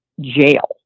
Jail